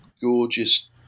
gorgeous